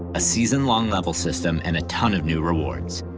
a season long level system and a ton of new rewards.